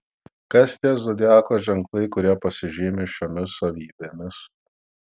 kas tie zodiako ženklai kurie pasižymi šiomis savybėmis